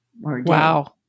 Wow